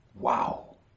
Wow